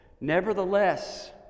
Nevertheless